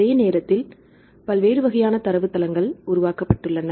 அதே நேரத்தில் பல்வேறு வகையான தரவுத்தளங்கள் உருவாக்கப்பட்டுள்ளன